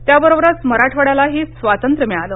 त्या बरोबरच मराठवाङ्यालाही स्वातंत्र्य मिळालं